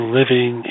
living